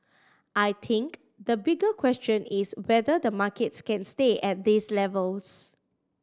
I think the bigger question is whether the markets can stay at these levels